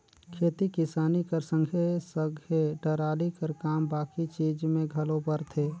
खेती किसानी कर संघे सघे टराली कर काम बाकी चीज मे घलो परथे